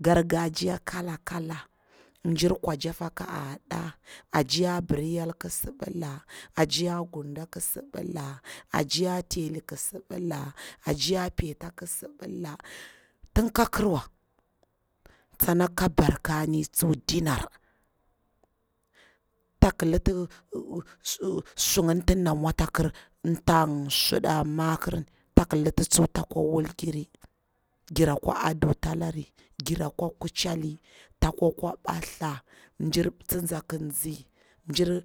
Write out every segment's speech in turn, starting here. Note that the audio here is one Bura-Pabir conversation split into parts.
Gargajiya kola kola, mjir kwajaffa ka aɗa, ajiya briyel ki sipila, ajiya gunda ƙi sibila, ajiya telli ki sibila ajiya peta ki sibila, tin ka kirwa, tsana ka barkani tsuwa dinar tak liti sakir ti dana mwatakir, tang suɗa, makir, tsak liti tsuwa ta kwa wulgiri takwa wulgiri, jira kwa aduta dari, ngira kwa kucheli, taku akwa bathla, mjir tsinza ki nzi, mjir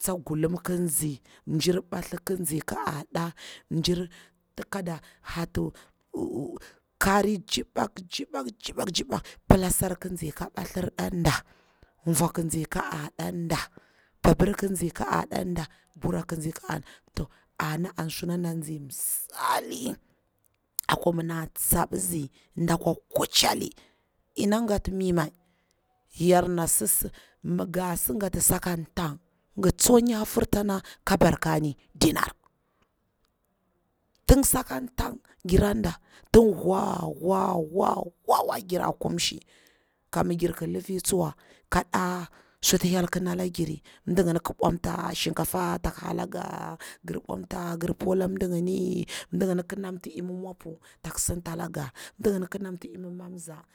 tsa gulum ki nzi, mjir bathli ki nzi ka ada, koda hatu kari tchidag chibag chibag, pilasar ƙi asi ka bathlir nɗa, vu'a ki nzi ka aɗa nda papir ki nzi ka aɗa nɗa, bura ki nzi ka aɗa nda, to ana suna nazni msali apa mi nda tsapsi ɗa kwa kucheli, ina gatti mi mai, yar na si, mi nga si gati saka tang gir tso nyafur tsana ka barkani dinar, ting saka tang gia nɗa, tin wha wha wha wa jira kumshi ka mi jir ki lifi tsuwa ka tala suna hyel ntagi shinkafa mdi halaga, ngirbomta ngirpolam mdigini mdiginiki na mta imi poiwa po tak sinta langa, mdi nginda imamamza